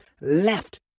left